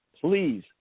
please